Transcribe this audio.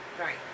Right